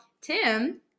Tim